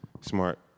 smart